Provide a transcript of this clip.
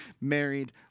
married